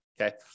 okay